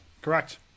Correct